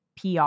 PR